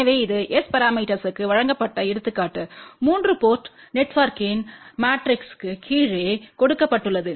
எனவே இது S பரமீட்டர்ஸ்வுக்கு வழங்கப்பட்ட எடுத்துக்காட்டு 3 போர்ட் நெட்வொர்க்கின் மாட்ரிக்ஸ் கீழே கொடுக்கப்பட்டுள்ளது